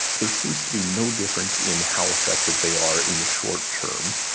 there seems to be no difference in how effective they are in the short term.